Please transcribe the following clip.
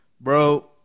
bro